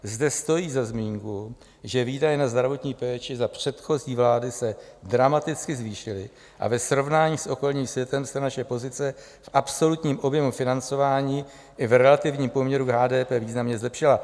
Zde stojí za zmínku, že výdaje na zdravotní péči za předchozí vlády se dramaticky zvýšily a ve srovnání s okolním světem se naše pozice v absolutním objemu financování i v relativním poměru k HDP významně zlepšila.